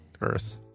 Earth